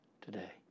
today